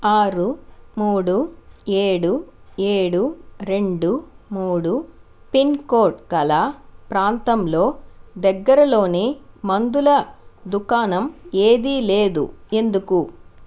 ఆరు మూడు ఏడు ఏడు రెండు మూడు పిన్ కోడ్ గల ప్రాంతంలో దగ్గరలోని మందుల దుకాణం ఏదీ లేదు ఎందుకు